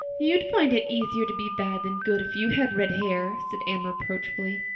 you'd find it easier to be bad than good if you had red hair, said anne reproachfully.